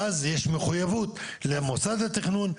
ואז יש מחויבות למוסד התכנון,